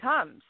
comes